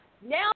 Now